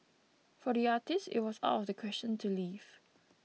for the artist it was out of the question to leave